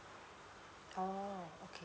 oh okay